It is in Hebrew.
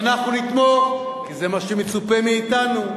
ואנחנו נתמוך, כי זה מה שמצופה מאתנו.